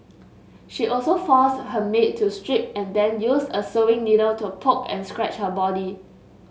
she also forced her maid to strip and then used a sewing needle to poke and scratch her body